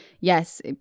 yes